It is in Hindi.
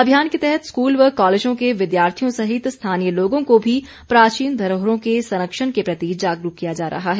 अभियान के तहत स्कूल व कॉलेजों के विद्यार्थियों सहित स्थानीय लोगों को भी प्राचीन धरोहरों के संरक्षण के प्रति जागरूक किया जा रहा है